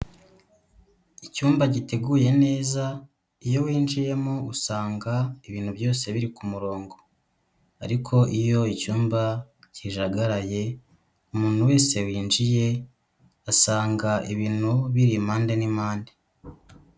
Icyumba giteguye neza iyo winjiyemo usanga ibintu byose biri ku murongo ariko iyo icyumba kijagaraye umuntu wese winjiye asanga ibintu biri impande n'impande.